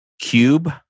cube